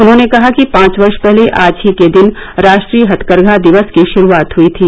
उन्होंने कहा कि पांच वर्ष पहले आज ही के दिन राष्ट्रीय हथकरघा दिवस की शुरूआत हुई थी